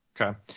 Okay